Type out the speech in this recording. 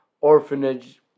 orphanage